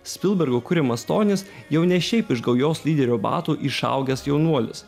spilbergo kuriamas tonis jau ne šiaip iš gaujos lyderio batų išaugęs jaunuolis